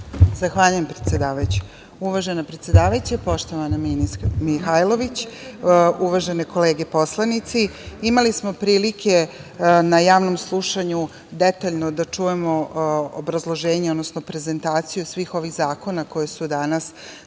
Zahvaljujem, predsedavajuća. Uvažena predsedavajuća, poštovana ministarka Mihajlović, uvažene kolege poslanici, imali smo prilike na javnom slušanju detaljno da čujemo obrazloženje, odnosno prezentaciju svih ovih zakona koji su danas